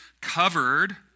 covered